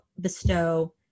bestow